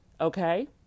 Okay